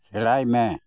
ᱥᱮᱬᱟᱭ ᱢᱮ